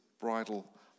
bridal